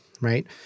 right